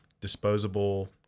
disposable